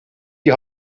die